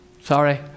Sorry